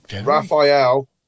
Raphael